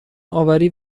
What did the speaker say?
آوری